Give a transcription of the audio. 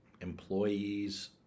employees